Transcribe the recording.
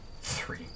three